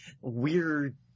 weird